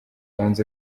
banze